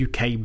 UK